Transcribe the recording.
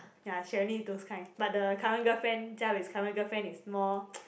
ya Sherilyn is those kind but the current girlfriend jia wei's current girlfriend is more